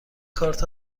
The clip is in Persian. کارت